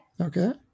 Okay